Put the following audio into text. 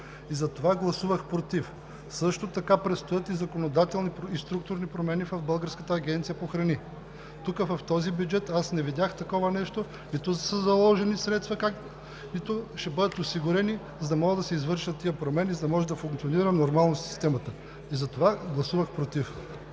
Затова гласувах против. Също така, предстоят законодателни и структурни промени в Българската агенция по храните. Тук, в този бюджет, аз не видях такова нещо, нито са заложени средства, каквито ще бъдат осигурени, за да могат да се извършват тези промени, за да може да функционира нормално системата, затова гласувах против.